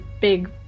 big